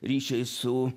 ryšiais su